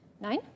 Nine